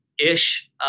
ish